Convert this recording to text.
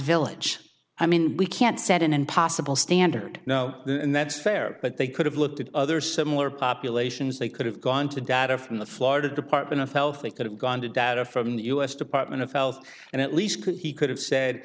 village i mean we can't set an impossible standard now and that's fair but they could have looked at other similar populations they could have gone to data from the florida department of health they could have gone to data from the u s department of health and at least could he could have said